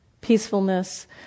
peacefulness